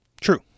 True